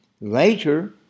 Later